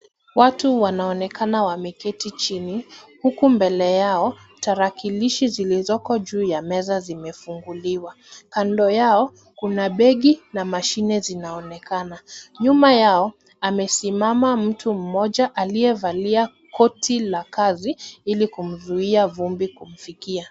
Watu wanaonekana wameketi chini, huku mbele yao tarakilishi zilizoko juu ya meza zimefunguliwa. Kando yao kuna begi na mashine zinaonekana. Nyuma yao amesimama mtu mmoja aliyevalia koti la kazi ili kumzuia vumbi kumfikia.